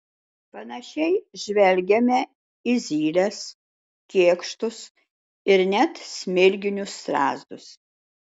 panašiai žvelgiame į zyles kėkštus ir net smilginius strazdus